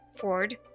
Ford